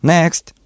Next